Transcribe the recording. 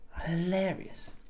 hilarious